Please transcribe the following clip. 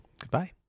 Goodbye